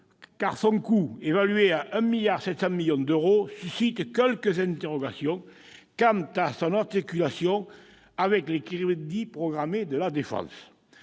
car son coût, évalué à 1,7 milliard d'euros, suscite quelques interrogations quant à son articulation avec les crédits programmés pour la défense.